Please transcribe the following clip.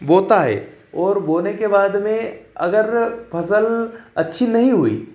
बोता है और बोने के बाद में अगर फसल अच्छी नहीं हुई